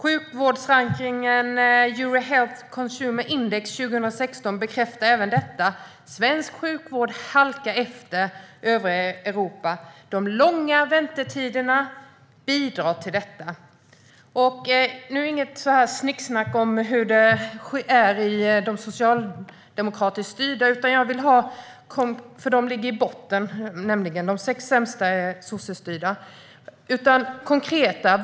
Sjukvårdsrankningen Euro Health Consumer Index 2016 bekräftar också detta: Svensk sjukvård halkar efter övriga Europa. De långa väntetiderna bidrar till detta. Nu vill jag inte höra något snicksnack om hur det är i de socialdemokratiskt styrda landstingen, för de ligger i botten; de sex sämsta är sossestyrda.